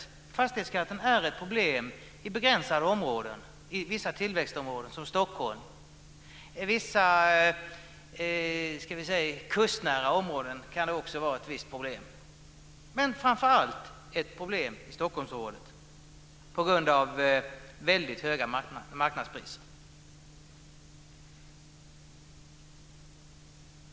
Fastighetsskatten är ett problem i begränsade områden, i vissa tillväxtområden som Stockholm. I vissa kustnära områden kan det också vara ett visst problem. Men framför allt är det ett problem i Stockholmsområdet på grund av väldigt höga marknadspriser.